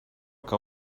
que